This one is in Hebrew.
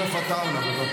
לא הבנתי.